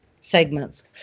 segments